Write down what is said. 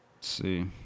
see